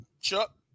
Chuck